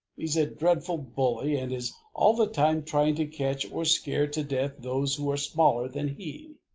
he's a dreadful bully and is all the time trying to catch or scare to death those who are smaller than he.